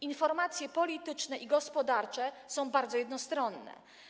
Informacje polityczne i gospodarcze są bardzo jednostronne.